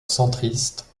centriste